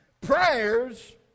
Prayers